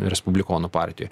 respublikonų partijoj